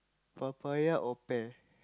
papaya or pear